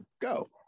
Go